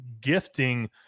gifting